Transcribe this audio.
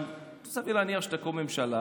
אבל סביר להניח שתקום ממשלה.